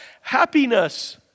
Happiness